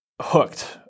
hooked